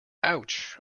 ouch